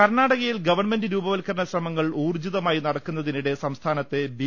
കർണാടകയിൽ ഗവൺമെന്റ് രൂപവത്കരണ ശ്രമങ്ങൾ ഊർജ്ജി തമായി നടക്കുന്നതിനിടെ സംസ്ഥാനത്തെ ബി